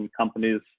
companies